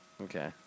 Okay